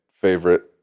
favorite